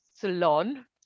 salon